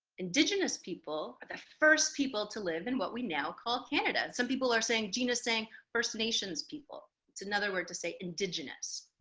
indigenous people are the first people to live in what we now call canada. some people are saying, gina is saying, first nations people. it's another word to say indigenous.